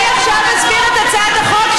אנחנו לא נתמוך בחוק.